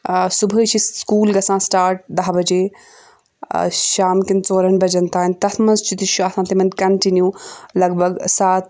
ٲں صُبحٲے چھُ سکوٗل گژھان سِٹارٹ دَہ بَجے ٲں شام کیٚن ژورَن بَجیٚن تانۍ تَتھ منٛز چھُ تہِ چھِ آسان تِمَن کَنٹِنِو لگ بھگ ٲں سَتھ